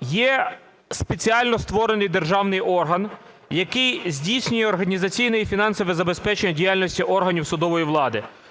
є спеціально створений державний орган, який здійснює організаційне і фінансове забезпечення діяльності органів судової влади.